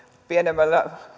pienemmät